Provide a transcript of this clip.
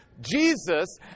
Jesus